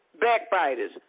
backbiters